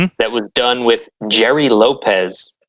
and that was done with gerry lopez,